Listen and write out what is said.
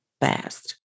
fast